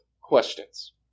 questions